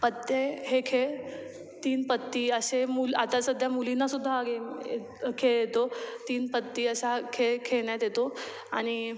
पत्ते हे खेळ तीन पत्ती असे मूल आता सध्या मुलींना हा गेम ए खेळ येतो तीन पत्ती असा खेळ खेळण्यात येतो आणि